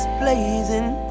blazing